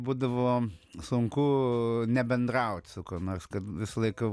būdavo sunku nebendraut su kuo nors kad visą laiką